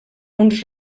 uns